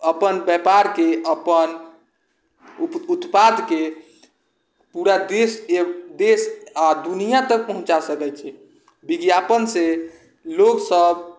अपन व्यापारके अपन उत्पादके पूरा देश देश आओर दुनिआँ तक पहुँचा सकै छै विज्ञापनसँ लोकसब